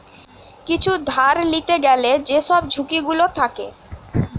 কিছু ধার লিতে গ্যালে যেসব ঝুঁকি গুলো থাকে